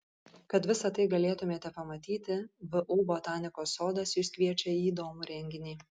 kad visa tai galėtumėte pamatyti vu botanikos sodas jus kviečia į įdomų renginį